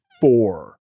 four